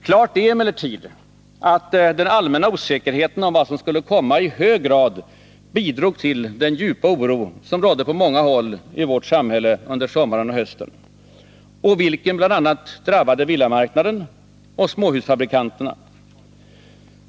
Klart är emellertid att den allmänna osäkerheten om vad som skulle komma i hög grad bidrog till den djupa oro som rådde på många håll i vårt samhälle under sommaren och hösten och som bl.a. drabbade villamarknaden och småhusfabrikanterna.